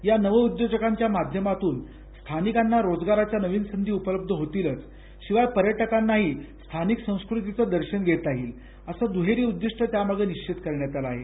या नवउद्योजकांच्या माध्यमातून स्थानिकांना रोजगाराच्या नवीन संधी उपलब्ध होतीलच शिवाय पर्यटकांना स्थानिक संस्कृतीचंही दर्शन घेता येईल असं दुहेरी उद्दिष्ट निश्वित करण्यात आलं आहे